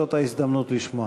וזאת ההזדמנות לשמוע.